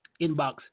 inbox